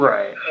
Right